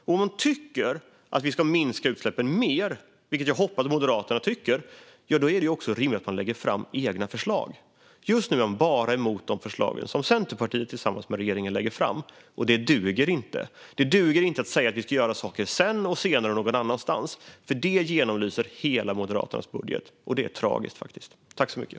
Om man tycker att utsläppen ska minska mer, vilket jag hoppas att Moderaterna tycker, är det också rimligt att man lägger fram egna förslag. Just nu är man bara emot de förslag som Centerpartiet tillsammans med regeringen lägger fram, och det duger inte. Det duger inte att säga att man ska göra saker sedan, senare och någon annanstans, vilket genomlyser Moderaternas hela budgetförslag. Det är faktiskt tragiskt.